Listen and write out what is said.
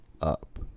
up